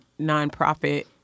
nonprofit